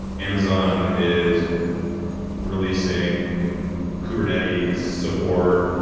amazon is releasing kubernetes support,